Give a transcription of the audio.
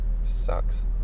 Sucks